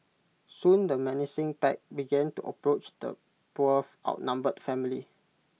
soon the menacing pack began to approach the poor outnumbered family